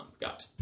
got